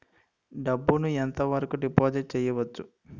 డబ్బు ను ఎంత వరకు డిపాజిట్ చేయవచ్చు?